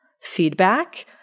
feedback